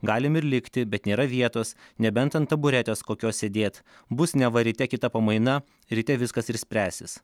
galim ir likti bet nėra vietos nebent ant taburetės kokios sėdėt bus neva ryte kita pamaina ryte viskas ir spręsis